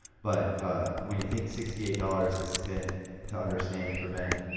but ah when you think sixty eight dollars is spent to understand and prevent